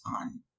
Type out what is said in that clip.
on